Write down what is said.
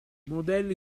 modelli